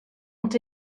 ont